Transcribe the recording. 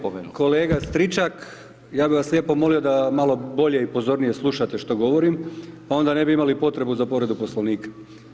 Zahvaljujem kolega Stričak, ja bi vas lijepo molio da malo bolje i pozornije slušate šta govorim, pa onda ne bi imali potrebu za povredu Poslovnika.